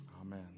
amen